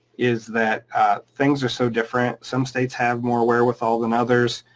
is that things are so different, some states have more wherewithal then others,